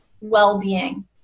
well-being